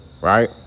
right